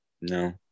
No